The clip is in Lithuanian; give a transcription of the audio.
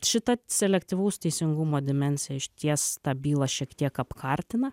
šita selektyvaus teisingumo dimensija išties tą bylą šiek tiek apkartina